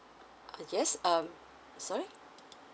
uh yes um sorry